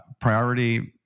Priority